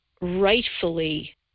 rightfully